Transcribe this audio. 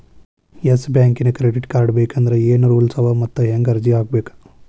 Yes ಬ್ಯಾಂಕಿನ್ credit card ಬೇಕಂದ್ರ ಏನ್ ರೂಲ್ಸವ ಮತ್ತ್ ಹೆಂಗ್ ಅರ್ಜಿ ಹಾಕ್ಬೇಕ?